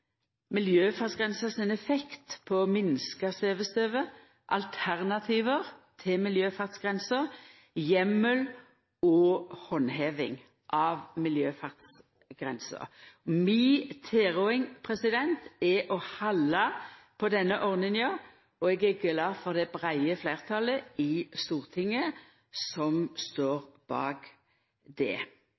miljøfartsgrensa, den effekten svevestøv har for helsa, den effekten miljøfartsgrensa har for å minska svevestøvet, alternativ til miljøfartsgrenser, heimel og handheving av miljøfartsgrenser. Mi tilråding er å halda på denne ordninga, og eg er glad for det breie fleirtalet i Stortinget som står bak det.